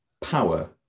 power